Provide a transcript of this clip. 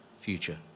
future